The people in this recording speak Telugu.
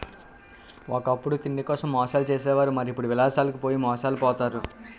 ఒకప్పుడు తిండికోసం మోసాలు చేసే వారు మరి ఇప్పుడు విలాసాలకు పోయి మోసాలు పోతారు